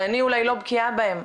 שאני אולי לא בקיאה בהם,